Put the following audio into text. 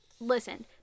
Listen